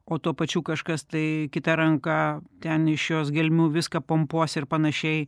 o tuo pačiu kažkas tai kita ranka ten iš jos gelmių viską pompuos ir panašiai